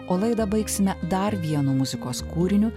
o laidą baigsime dar vienu muzikos kūriniu